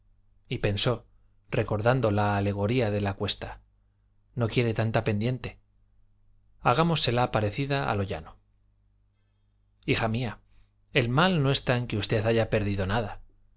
y pensó recordando la alegoría de la cuesta no quiere tanta pendiente hagámosela parecida a lo llano hija mía el mal no está en que usted haya perdido nada